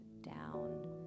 down